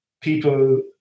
people